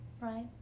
right